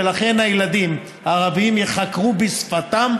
ולכן ילדים ערבים ייחקרו בשפתם,